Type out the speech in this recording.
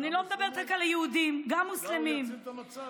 אולי הוא יציל את המצב.